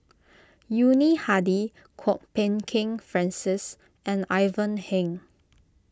Yuni Hadi Kwok Peng Kin Francis and Ivan Heng